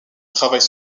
travaille